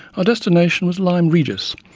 our destination was lyme regis,